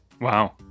Wow